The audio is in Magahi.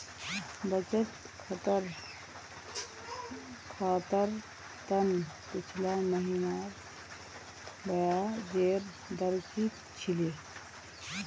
बचत खातर त न पिछला महिनार ब्याजेर दर की छिले